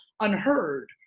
unheard